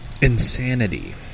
Insanity